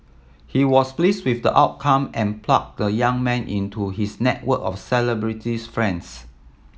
he was pleased with the outcome and plugged the young man into his network of celebrities friends